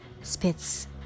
spits